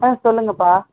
ஆ சொல்லுங்கப்பா